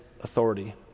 authority